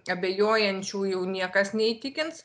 abejojančių jau niekas neįtikins